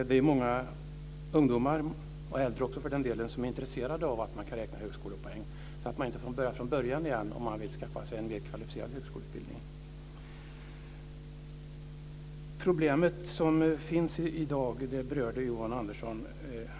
Det är många ungdomar och äldre också, för den delen, som är intresserade av att man kan räkna högskolepoäng så att man inte får börja från början om man vill skaffa sig en mer kvalificerad högskoleutbildning. Problemet som finns i dag berörde Yvonne Andersson.